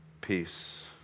peace